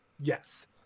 Yes